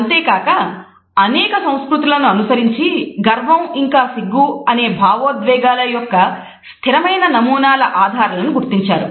అంతేకాక అనేక సంస్కృతులను అనుసరించి గర్వం ఇంకా సిగ్గు అనే భావోద్వేగాల యొక్క స్థిరమైన నమూనాల ఆధారాలను గుర్తించారు